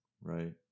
right